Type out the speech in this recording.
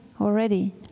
already